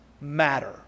matter